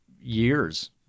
years